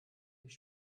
mich